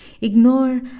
Ignore